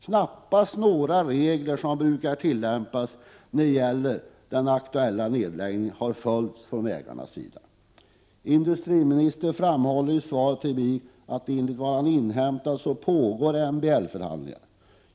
Knappast några regler som brukar tillämpas har följts från ägarnas sida när det gäller den aktuella nedlägg — Prot. 1987/88:34 ningen. 30 november 1987 Industriministern framhåller i svaret till mig att, enligt vad han har = a inhämtat, MBL-förhandlingar pågår.